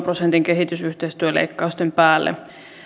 prosentin kehitysyhteistyöleikkausten päälle